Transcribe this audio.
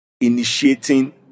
initiating